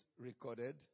recorded